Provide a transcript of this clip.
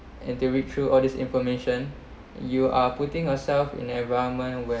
and to read through all this information you are putting yourself in environment